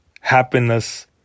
happiness